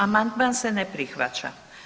Amandman se ne prihvaća.